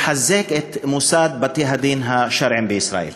יחזק את מוסד בתי-הדין השרעיים בישראל.